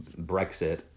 Brexit